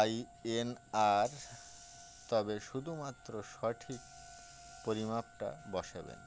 I N R তবে শুধুমাত্র সঠিক পরিমাপটা বসাবেন